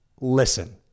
Listen